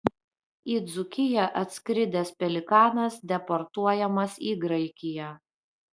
į dzūkiją atskridęs pelikanas deportuojamas į graikiją